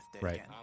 Right